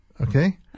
Okay